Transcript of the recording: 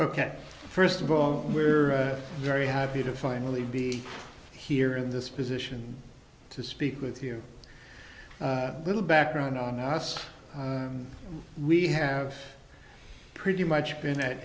ok first of all we're very happy to finally be here in this position to speak with you a little background on us we have pretty much been at